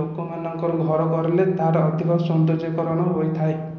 ଲୋକମାନଙ୍କର ଘର କରିଲେ ତା'ର ଅଧିକ ସୌନ୍ଦର୍ଯ୍ୟକରଣ ହୋଇଥାଏ